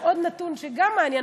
ועוד נתון שגם מעניין,